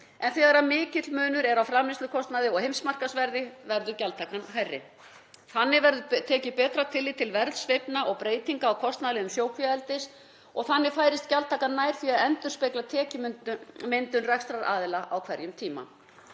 en þegar mikill munur er á framleiðslukostnaði og heimsmarkaðsverði verður gjaldtakan hærri. Þannig verður tekið betra tillit til verðsveiflna og breytinga á kostnaðarliðum sjókvíaeldis og þannig færist gjaldtakan nær því að endurspegla tekjumyndun rekstraraðila á hverjum tíma.